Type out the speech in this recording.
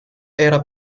era